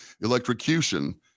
electrocution